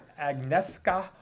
Agneska